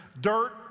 dirt